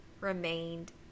remained